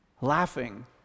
Laughing